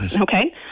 Okay